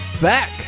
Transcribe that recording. back